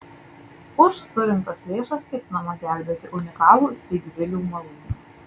už surinktas lėšas ketinama gelbėti unikalų steigvilių malūną